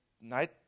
night